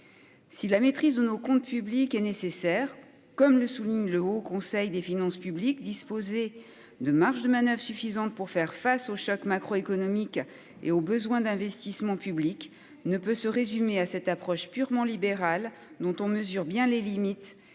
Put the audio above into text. Si la maîtrise de nos comptes publics est nécessaire, comme le souligne le Haut Conseil des finances publiques, disposer de marges de manoeuvre suffisantes pour faire face aux chocs macroéconomiques et aux besoins d'investissements publics ne peut se résumer à cette approche purement libérale, dont on mesure bien les limites et les dangers,